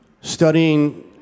studying